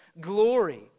glory